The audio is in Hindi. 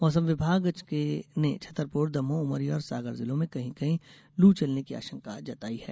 मौसम विभाग ने छतरपुर दमोह उमरिया और सागर जिलों में कही कहीं लू चलने की आशंका जताई है